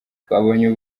twabonye